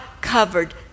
covered